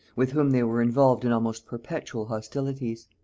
with whom they were involved in almost perpetual hostilities.